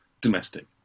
domestic